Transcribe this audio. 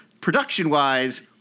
production-wise